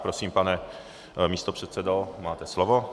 Prosím, pane místopředsedo, máte slovo.